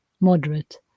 moderate